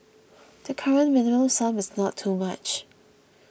the current Minimum Sum is not too much